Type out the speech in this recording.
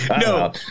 No